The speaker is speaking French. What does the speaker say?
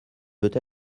peut